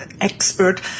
expert